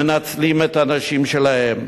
מנצלים את הנשים שלהם.